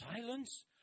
silence